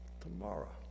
Tomorrow